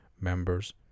members